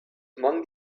among